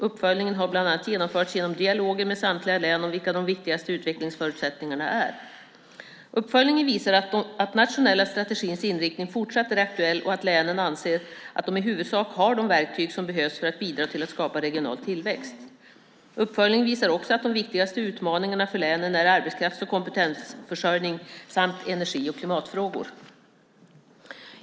Uppföljningen har bland annat genomförts genom dialoger med samtliga län om vilka de viktigaste utvecklingsförutsättningarna är. Uppföljningen visar att den nationella strategins inriktning fortsatt är aktuell och att länen anser att de i huvudsak har de verktyg som behövs för att bidra till att skapa regional tillväxt. Uppföljningen visar också att de viktigaste utmaningarna för länen är arbetskrafts och kompetensförsörjning samt energi och klimatfrågor.